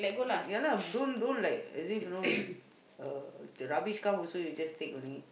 ya lah don't don't like as if you know uh the rubbish come also you just take only